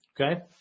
okay